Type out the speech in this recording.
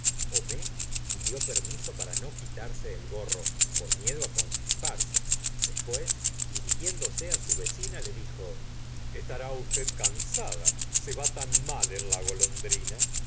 lefrancois homais pidió permiso para no quitarse el gorro por miedo constiparse después dirigiéndose su vecina le dijo estará usted cansada se va tan mal en la golondrina